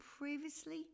previously